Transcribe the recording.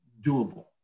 doable